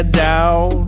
down